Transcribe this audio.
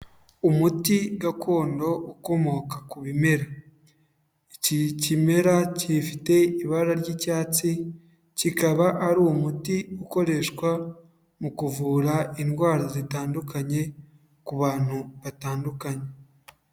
Umuti gakondo ukomoka ku bimera. Iki kimera gifite ibara ry'icyatsi, kikaba ari umuti ukoreshwa mu kuvura indwara zitandukanye, ku bantu batandukanye.